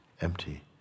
empty